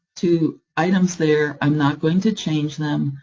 two items there. i'm not going to change them,